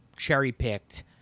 cherry-picked